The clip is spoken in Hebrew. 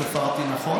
ספרתי נכון?